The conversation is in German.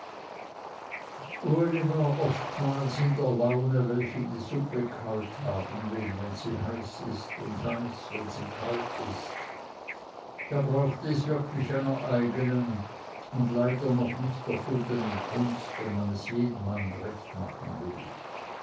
uli war oftmals in der laune welche die suppe kalt haben will wenn sie heiß ist und heiß wenn sie kalt ist da braucht es wirklich einer eignen und leider noch nicht erfundenen kunst wenn man es jemanden recht machen will